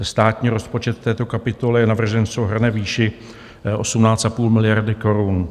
Státní rozpočet v této kapitole je navržen v souhrnné výši 18,5 miliardy korun.